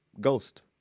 ghost